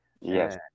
Yes